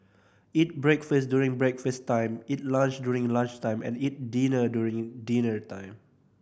eat breakfast during breakfast time eat lunch during lunch time and eat dinner during dinner time